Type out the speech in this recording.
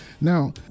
Now